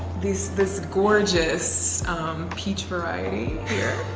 this this gorgeous peach variety here.